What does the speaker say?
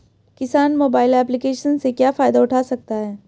किसान mobile application से क्या फायदा उठा सकता है?